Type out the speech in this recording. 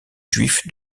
juif